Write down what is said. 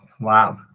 wow